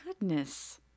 Goodness